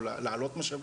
או להעלות משאבים.